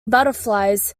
butterflies